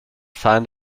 find